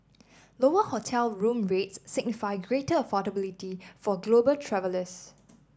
lower hotel room rates signify greater affordability for global travellers